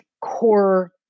core